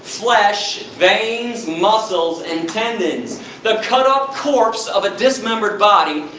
flesh, veins, muscles and tendons the cut up corpse of a dismembered body.